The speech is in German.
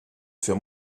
für